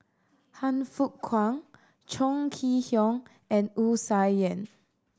Han Fook Kwang Chong Kee Hiong and Wu Tsai Yen